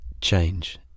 change